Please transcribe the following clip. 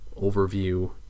overview